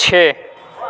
چھ